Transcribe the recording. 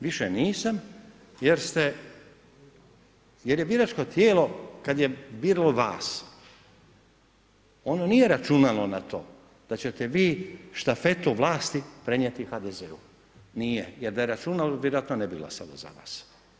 Više nisam jer ste, jer je biračko tijelo kada je biralo vas ono nije računalo na to da ćete vi štafetu vlasti prenijeti HDZ-u, nije, jer da je računalo vjerojatno ne bi glasalo za vas.